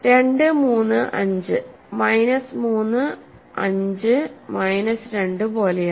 2 3 5 minus 3 5 minus 2 പോലെയാണ്